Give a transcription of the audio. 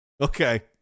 Okay